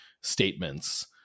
statements